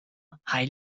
become